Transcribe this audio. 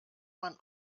man